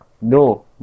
No